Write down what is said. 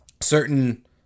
certain